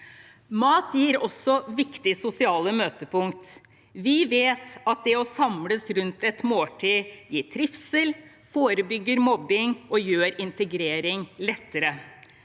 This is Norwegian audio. Mat gir også viktige sosiale møtepunkt. Vi vet at å samles rundt et måltid gir trivsel, forebygger mobbing og gjør integreringen lettere.